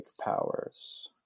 powers